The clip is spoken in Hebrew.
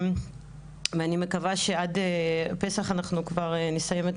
אני מקווה שעד פסח אנחנו כבר נסיים את